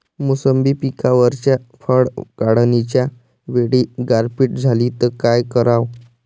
मोसंबी पिकावरच्या फळं काढनीच्या वेळी गारपीट झाली त काय कराव?